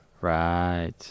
Right